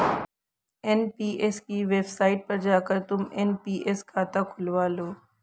NPS की website पर जाकर तुम एन.पी.एस खाता खुलवा लो